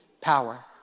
power